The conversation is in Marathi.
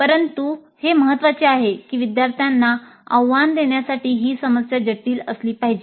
परंतु हे महत्त्वाचे आहे की विद्यार्थ्यांना आव्हान देण्यासाठी ही समस्या जटिल असली पाहिजे